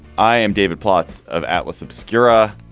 i am david plotz of atlas obscura.